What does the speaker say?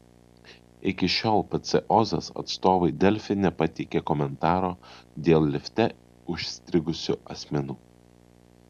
iki šiol pc ozas atstovai delfi nepateikė komentaro dėl lifte užstrigusių asmenų